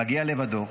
מגיע לבדו.